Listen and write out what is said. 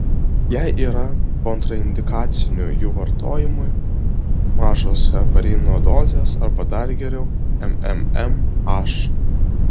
jei yra kontraindikacijų jų vartojimui mažos heparino dozės arba dar geriau mmmh